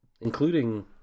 including